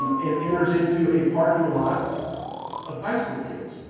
and enters into a parking lot of high school kids.